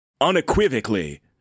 unequivocally